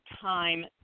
time